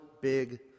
big